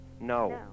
No